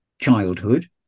childhood